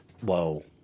Whoa